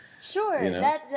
Sure